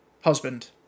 husband